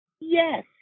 Yes